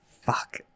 Fuck